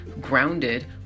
grounded